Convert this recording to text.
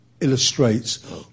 illustrates